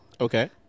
Okay